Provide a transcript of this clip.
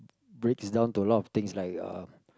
breaks down to a lot of things like uh